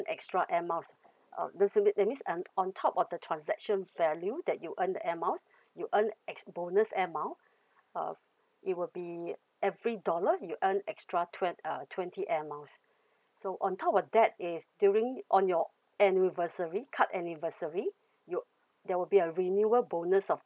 extra air miles uh the semi~ that means un~ on top of the transaction value that you earn the air miles you earn ex~ bonus air mile uh it will be every dollar you earn extra twen~ uh twenty air miles so on top of that is during on your anniversary card anniversary you there will be a renewal bonus of